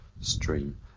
stream